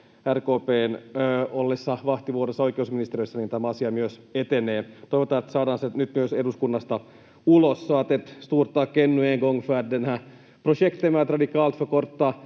vahtivuorossa oikeusministeriössä tämä asia myös etenee. Toivotaan, että saadaan se nyt myös eduskunnasta ulos. Så ett stort tack ännu en gång för att det här projektet med att radikalt förkorta